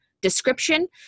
description